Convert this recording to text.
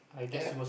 therefore